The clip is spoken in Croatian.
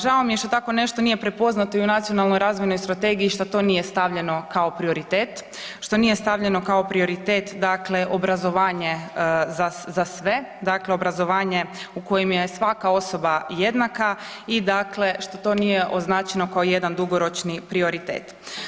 Žao mi je što tako nešto nije prepoznato i u Nacionalnoj razvojnoj strategiji, što to nije stavljeno kao prioritet, što nije stavljeno kao prioritet dakle obrazovanje za sve, dakle obrazovanje u kojem je svaka osoba jednaka i dakle, što to nije označeno kao jedan dugoročni prioritet.